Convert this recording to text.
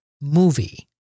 movie